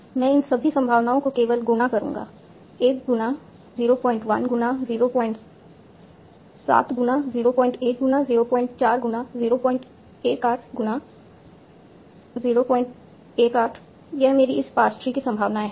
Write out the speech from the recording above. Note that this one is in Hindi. मैं इन सभी संभावनाओं को केवल गुणा करूंगा 1 गुना 01 गुना 07 गुना 01 गुना 04 गुना 018 गुना 018 यह मेरी इस पार्स ट्री की संभावनाएं हैं